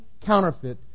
counterfeit